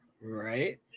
Right